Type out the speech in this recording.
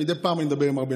פעם ב- אני מדבר עם ארבל,